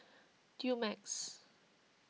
Dumex